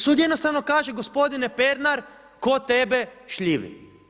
Sud jednostavno kaže, gospodine Pernar, ko tebe šljivi.